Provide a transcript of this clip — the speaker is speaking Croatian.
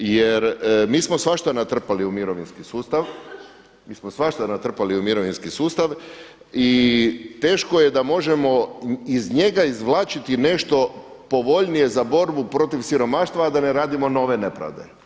Jer mi smo svašta natrpali u mirovinski sustav, mi smo svašta natrpali u mirovinski sustav i teško je da možemo iz njega izvlačiti nešto povoljnije za borbu protiv siromaštva a da ne radimo nove nepravde.